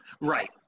Right